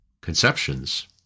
conceptions